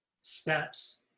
steps